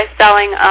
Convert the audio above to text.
selling